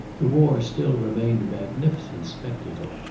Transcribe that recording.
the war still remained a magnificent spectacle.